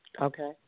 Okay